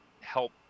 help